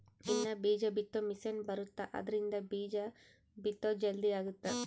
ಇನ್ನ ಬೀಜ ಬಿತ್ತೊ ಮಿಸೆನ್ ಬರುತ್ತ ಆದ್ರಿಂದ ಬೀಜ ಬಿತ್ತೊದು ಜಲ್ದೀ ಅಗುತ್ತ